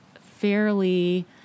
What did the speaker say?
fairly